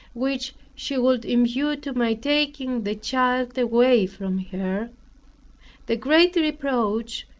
which she would impute to my taking the child away from her the great reproach,